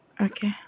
Okay